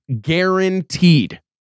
guaranteed